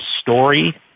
story